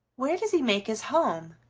where does he make his home?